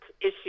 issue